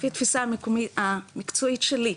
לפי התפיסה המקצועית שלי,